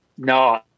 No